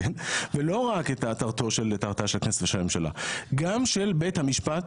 ולא רק את עטרתה של הכנסת ושל הממשלה אלא גם של בית המשפט